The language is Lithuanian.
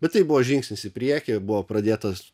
bet tai buvo žingsnis į priekį buvo pradėtas